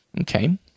Okay